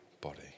body